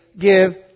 give